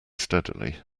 steadily